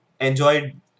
enjoyed